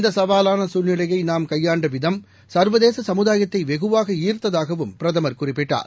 இந்த சவாவான சூழ்நிலையை நாம் கையாண்ட விதம் சர்வதேச சமுதாயத்தை வெகுவாக ஈர்த்ததாகவும் பிரதமர் குறிப்பிட்டார்